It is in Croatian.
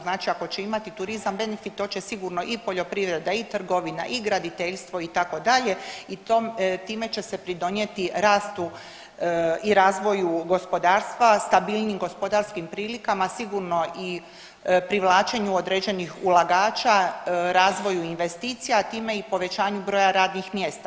Znači ako će imati turizam benefit to će sigurno i poljoprivreda i trgovina i graditeljstvo itd. i time će se pridonijeti rastu i razvoju gospodarstva stabilnijim gospodarskim prilikama, sigurno i privlačenju određenih ulagača, razvoju investicija, a time i povećanju broja radnih mjesta.